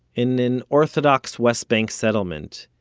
in an orthodox west bank settlement,